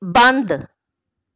ਬੰਦ